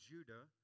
Judah